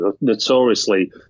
notoriously